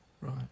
Right